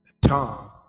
Tom